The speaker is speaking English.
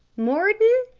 mordon?